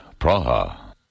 Praha